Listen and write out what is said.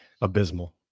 Abysmal